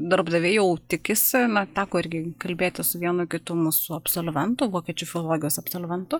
darbdaviai jau tikisi na teko irgi kalbėti su vienu kitu mūsų absolventu vokiečių filologijos absolventu